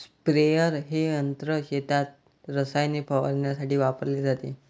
sprayer हे यंत्र शेतात रसायने फवारण्यासाठी वापरले जाते